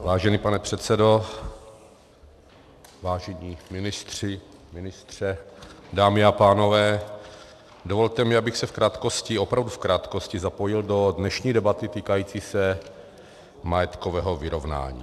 Vážený pane předsedo, vážení ministři, ministře, dámy a pánové, dovolte mi, abych se opravdu v krátkosti zapojil do dnešní debaty týkající se majetkového vyrovnání.